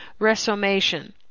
resomation